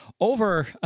over